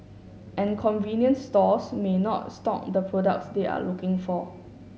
and convenience stores may not stock the products they are looking for